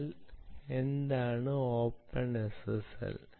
എന്നാൽ എന്താണ് ഓപ്പൺഎസ്എസ്എൽ